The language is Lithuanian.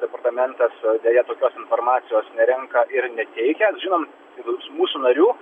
departamentas deja tokios informacijos nerenka ir neteikia žinom mūsų narių